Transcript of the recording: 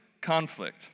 conflict